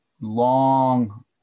long